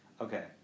Okay